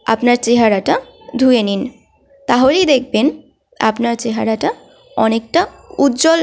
আপনার চেহারাটা ধুয়ে নিন তাহলেই দেখবেন আপনার চেহারাটা অনেকটা উজ্জ্বল